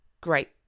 Great